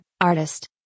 artist